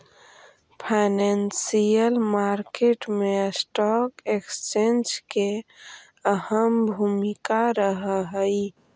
financial market मैं stock exchange के अहम भूमिका रहऽ हइ